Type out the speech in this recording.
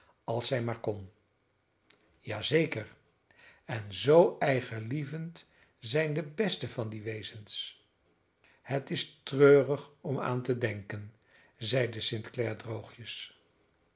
als zij maar kon ja zeker en zoo eigenlievend zijn de besten van die wezens het is treurig om aan te denken zeide st clare droogjes